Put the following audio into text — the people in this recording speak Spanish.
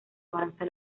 avanza